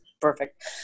perfect